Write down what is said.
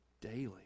daily